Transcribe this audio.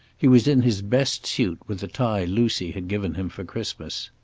he was in his best suit, with the tie lucy had given him for christmas.